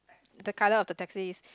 the colour of the taxi is